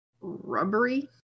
rubbery